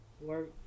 work